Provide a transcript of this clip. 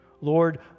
Lord